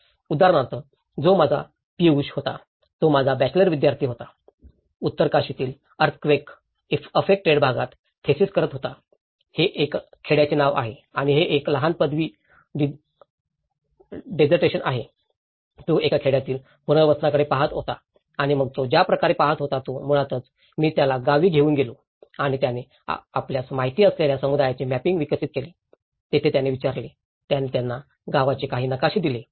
उदाहरणार्थ तो माझा पियुष होता तो माझा बॅचलर विद्यार्थी होता उत्तरकाशीतील अर्थक्वेक एफ्फेक्टड भागात थेसिस करत होता हे एक खेड्याचे गाव आहे आणि हे एक लहान पदवी डिसार्टेशन आहे तो एका खेड्यातल्या पुनर्वसनाकडे पहात होता आणि मग तो ज्या प्रकारे पहात होता तो मुळातच मी त्याला गावी घेऊन गेलो आणि त्याने आपल्यास माहित असलेल्या समुदायाचे मॅपिंग विकसित केले तेथे त्याने विचारले त्याने त्यांना गावाचे काही नकाशे दिले